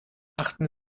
achten